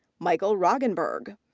michael roggenburg.